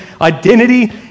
Identity